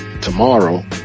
tomorrow